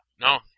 No